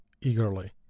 eagerly